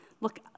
look